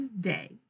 day